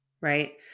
right